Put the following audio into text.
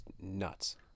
nuts